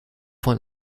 von